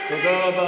תתפטר.